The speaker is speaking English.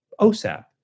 OSAP